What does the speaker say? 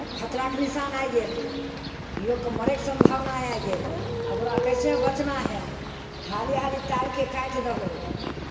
खतराके निशान आबि गेल लोकके मरयके सम्भावना आबि गेल आब ओकरा कइसे बचना हइ हालि हालि तारकेँ काटि दहौ